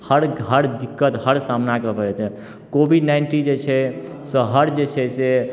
हर हर दिक्कत हर सामनाके भऽ जेतै कोविड नाइन्टीनजे छै से से हर जे छै से